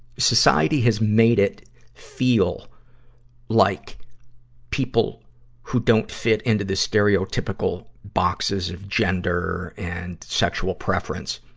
society has made it feel like people who don't fit into the stereotypical boxes of gender and sexual preference,